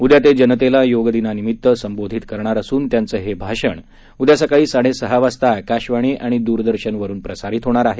उदया ते जनतेला योगदिनानिमित संबोधित करणार असून त्यांचं हे भाषण उदया सकाळी साडे सहा वाजता आकाशवाणी आणि दूरदर्शनवरुन प्रसारित होणार आहे